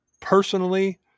personally